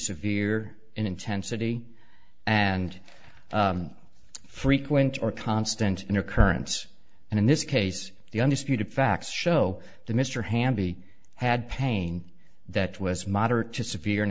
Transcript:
severe intensity and frequent or constant in occurrence and in this case the undisputed facts show the mr hamby had pain that was moderate to severe